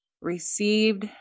received